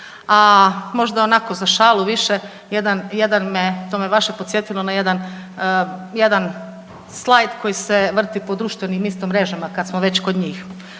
A možda onako za šalu više, jedan me to me baš posjetilo na jedan slajd koji se vrti po društvenim isto mrežama kad smo već kod njih.